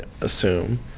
assume